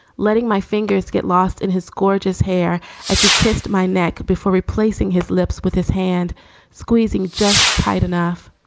letting my fingers get lost in his gorgeous hair as he kissed my neck before replacing his lips with his hand squeezing just tight enough.